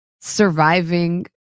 surviving